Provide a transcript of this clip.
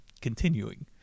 Continuing